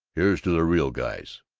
here's to the real guys!